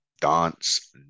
Dance